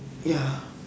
ya